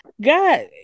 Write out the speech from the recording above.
God